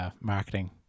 marketing